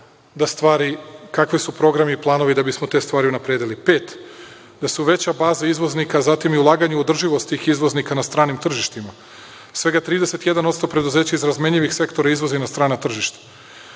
naše mere, kakvi su programi i planovi da bismo te stvari unapredili. Pet – da se uveća baza izvoznika, a zatim i ulaganje u održivost tih izvoznika na stranim tržištima. Svega 31% preduzeća iz razmenjivih sektora izvozi na strana tržišta.